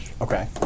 Okay